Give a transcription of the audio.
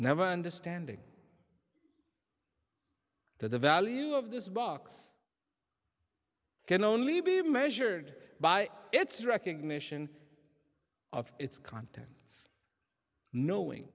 never understanding that the value of this box can only be measured by its recognition of its contents knowing